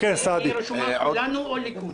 היא רשומה כולנו או ליכוד?